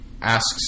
asks